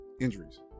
injuries